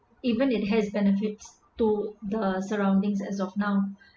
even it has benefits to the surroundings as of now